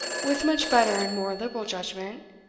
with much better and more liberal judgment,